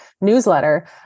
newsletter